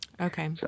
Okay